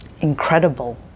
incredible